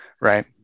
right